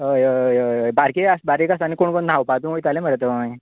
हय हय हय बारके आसा बारीक आसा आनी कोण कोण न्हावपा बी वयताले मरे थंय